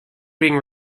being